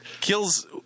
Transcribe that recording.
Kills